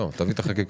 תביא את החקיקה.